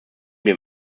dem